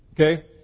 Okay